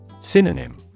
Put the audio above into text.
Synonym